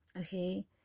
Okay